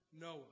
Noah